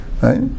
Right